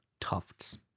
Tufts